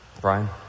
Brian